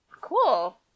Cool